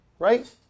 Right